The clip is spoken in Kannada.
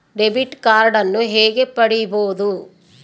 ಡೆಬಿಟ್ ಕಾರ್ಡನ್ನು ಹೇಗೆ ಪಡಿಬೋದು?